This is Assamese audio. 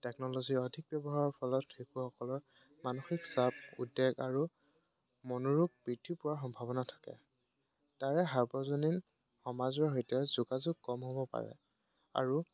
টেকন'লজি অধিক ব্যৱহাৰৰ ফলত শিশুসকলৰ মানসিক চাপ উদ্বেগ আৰু মনোৰোগ বৃদ্ধি পোৱাৰ সম্ভাৱনা থাকে তাৰে সাৰ্বজনীন সমাজৰ সৈতে যোগাযোগ কম হ'ব পাৰে আৰু